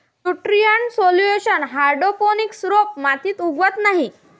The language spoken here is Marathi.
न्यूट्रिएंट सोल्युशन हायड्रोपोनिक्स रोपे मातीत उगवत नाहीत